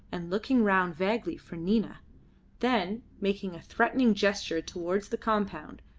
and looking round vaguely for nina then making a threatening gesture towards the compound,